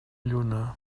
lluna